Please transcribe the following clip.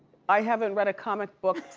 i haven't read a comic book